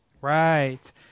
Right